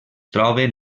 troben